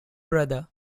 brother